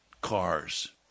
cars